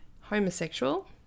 homosexual